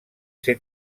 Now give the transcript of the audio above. ser